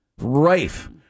rife